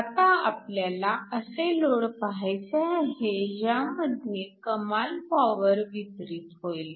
आता आपल्याला असे लोड पाहायचे आहे ज्यामध्ये कमाल पॉवर वितरित होईल